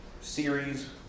series